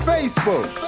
Facebook